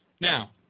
now